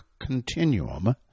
continuum